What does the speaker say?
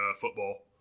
football